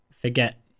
forget